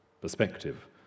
perspective